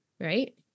Right